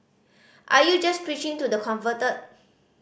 are you just preaching to the converted